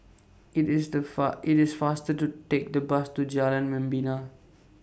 IT IS The Far IT IS faster to Take The Bus to Jalan Membina